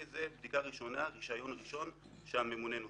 זו בדיקה ראשונה, רישיון ראשון שהממונה נותן.